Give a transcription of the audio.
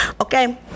Okay